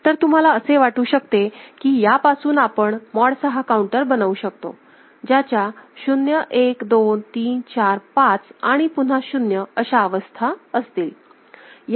तर तुम्हाला असे वाटू शकते की यापासून आपण मॉड 6 काऊंटर बनवू शकतो ज्याच्या 0 1 2 3 4 5 आणि पुन्हा 0 अशा अवस्था असतील